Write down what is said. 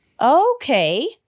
Okay